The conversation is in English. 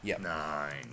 Nine